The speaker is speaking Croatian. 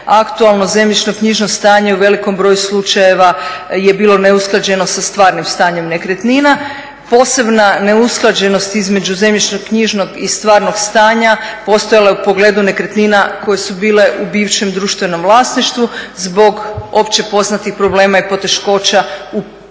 1997.aktualno zemljišno-knjižno stanje u velikom broju slučajeva je bilo neusklađeno sa stvarnim stanjem nekretnina. Posebna neusklađenost između zemljišno-knjižnog i stvarnog stanja postojala je u pogledu nekretnina koje su bile u bivšem društvenom vlasništvu zbog opće poznatih problema i poteškoća u pretvorbi